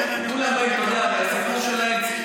תנו להם להתווכח בשפה שלהם.